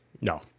No